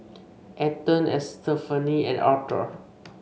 Ethan Estefany and Arthur